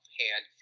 hand